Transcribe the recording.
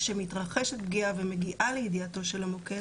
כשמתרחשת פגיעה ומגיעה לידיעתו של המוקד